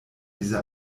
diese